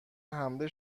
حمله